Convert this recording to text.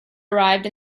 arrived